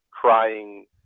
crying